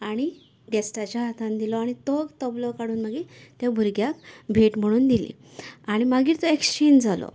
आनी गेश्टाच्या हातान दिलो आनी तो तबलो काडून मागीर त्या भुरग्याक भेट म्हणून दिली आनी मागीर तो एक्सचेन्ज जालो